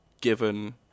given